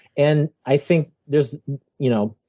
and i think there's you know